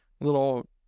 little